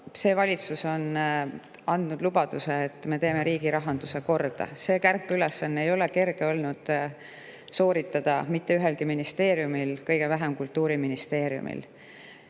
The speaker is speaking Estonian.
See valitsus on andnud lubaduse, et me teeme riigi rahanduse korda. Kärpeülesanne ei ole kerge olnud sooritada mitte ühelgi ministeeriumil, kõige vähem Kultuuriministeeriumil.